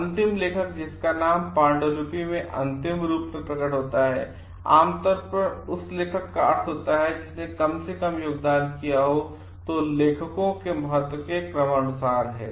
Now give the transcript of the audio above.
अंतिम लेखक जिसका नाम पांडुलिपि में अंतिम रूप में प्रकट होता है आमतौर पर उस लेखक का अर्थ होता है जिसने कम से कम योगदान दिया है तो लेखकों का महत्व के क्रमनुसार है